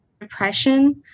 depression